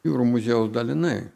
jūrų muziejaus dalinai